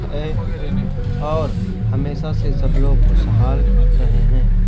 ہے اور ہمیشہ سے سب لوگ خوشحال رہے ہیں